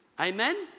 Amen